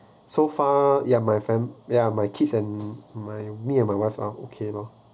so far ya my fam~ yeah my kids and my me and my wife ah okay lor